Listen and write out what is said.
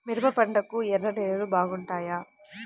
మిరప పంటకు ఎర్ర నేలలు బాగుంటాయా?